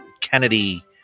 Kennedy